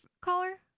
caller